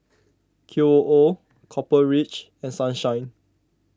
Qoo Copper Ridge and Sunshine